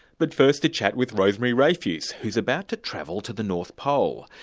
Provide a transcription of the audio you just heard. but first, a chat with rosemary rayfuse, who's about to travel to the north pole.